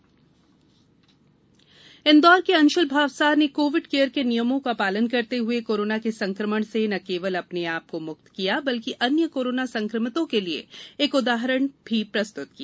जनआंदोलन इंदौर के अंशुल भावसार ने कोविड कैयर के नियमों का पालन करते हुए कोरोना के संक्रमण से न केवल अपने आपको मुक्त किया बल्कि अन्य कोरोना संक्रमितों के लिये एक उदाहरण भी प्रस्तुत किया